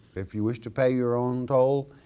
if you wish to pay your own toll,